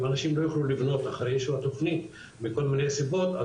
אם אנשים לא יוכלו לבנות אחרי אישור התוכנית מכל מיני סיבות,